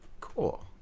Cool